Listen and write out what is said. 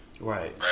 Right